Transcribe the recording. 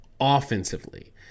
offensively